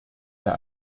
der